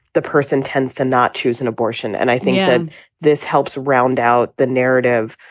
the person tends to not choose an abortion. and i think and this helps round out the narrative,